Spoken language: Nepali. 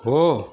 हो